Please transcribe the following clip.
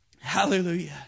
Hallelujah